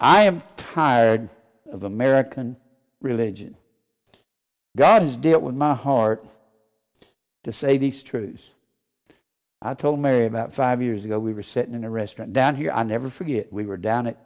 i am tired of american religion gods do it with my heart to say these truths i told mary about five years ago we were sitting in a restaurant down here i never forget we were down at